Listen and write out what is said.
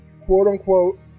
quote-unquote